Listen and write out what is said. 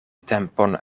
tempon